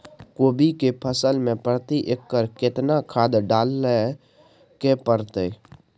कोबी के फसल मे प्रति एकर केतना खाद डालय के परतय?